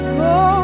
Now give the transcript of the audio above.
go